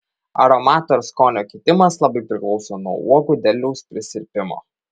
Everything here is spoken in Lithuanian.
aromato ir skonio kitimas labai priklauso nuo uogų derliaus prisirpimo